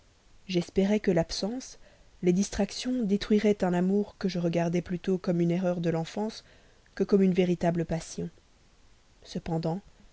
j'espérais que l'absence les distractions détruiraient bientôt un amour que je regardais plutôt comme une erreur de l'enfance que comme une véritable passion cependant